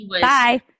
Bye